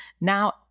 now